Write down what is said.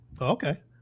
okay